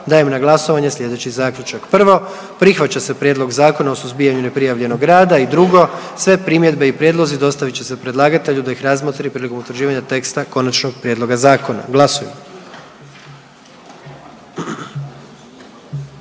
dajem na glasovanje slijedeći zaključak: 1. Prihvaća se prijedlog Zakona o hrani i 2. Sve primjedbe i prijedlozi dostavit će se predlagatelju da ih razmotri prilikom utvrđivanja teksta konačnog prijedloga zakona, molim